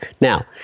Now